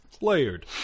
layered